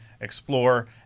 explore